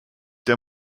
der